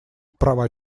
права